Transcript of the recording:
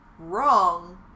wrong